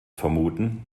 vermuten